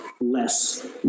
less